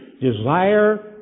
desire